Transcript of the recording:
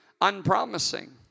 unpromising